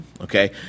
okay